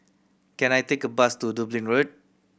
can I take a bus to Dublin Road